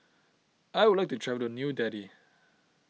I would like to travel to New Delhi